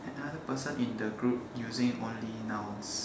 another person in the group using only nouns